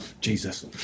Jesus